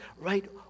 right